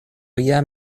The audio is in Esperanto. jam